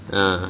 ah